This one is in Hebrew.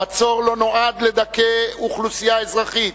המצור לא נועד לדכא אוכלוסייה אזרחית.